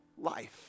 life